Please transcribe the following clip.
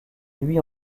huit